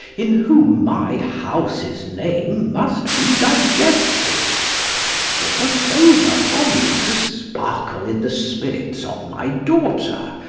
in whom my house's name must be digested give a favour from you, to sparkle in the spirits of my daughter,